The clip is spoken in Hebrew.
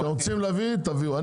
תביאו.